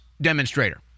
demonstrator